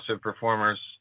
performers